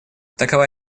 такова